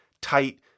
tight